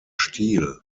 stil